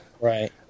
Right